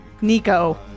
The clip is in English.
Nico